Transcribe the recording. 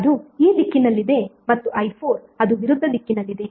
ಅದು ಈ ದಿಕ್ಕಿನಲ್ಲಿದೆ ಮತ್ತು i4ಅದು ವಿರುದ್ಧ ದಿಕ್ಕಿನಲ್ಲಿದೆ